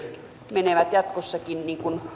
menevät jatkossakin niin kuin